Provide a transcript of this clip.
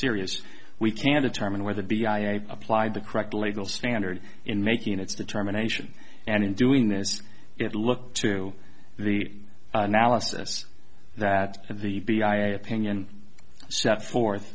serious we can determine whether b i applied the correct legal standard in making its determination and in doing this it looked to the analysis that the b i a opinion set forth